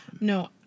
No